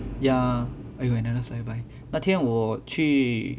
ya !aiyo! I never say bye 那天我去